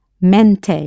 mente